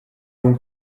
l’on